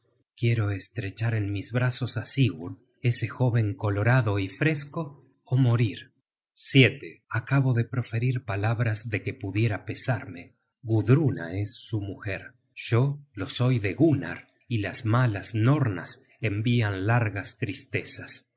quiero estrechar en mis brazos á sigurd ese jóven colorado y fresco ó morir acabo de proferir palabras de que pudiera pesarme gudruna es su mujer yo lo soy de gunnar y las malas nornas envian largas tristezas